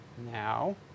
now